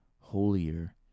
holier